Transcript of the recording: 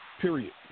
Period